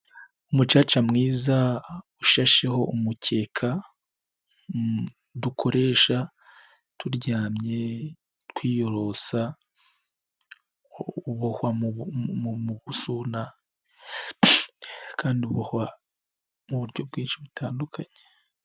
Umucaca mwiza ushasheho umukeka dukoresha turyamye twiyorosa, ubohwa mu busuna kandi ubohwa mu buryo bwinshi butandukanye.